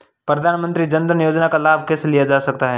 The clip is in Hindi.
प्रधानमंत्री जनधन योजना का लाभ कैसे लिया जा सकता है?